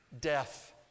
Death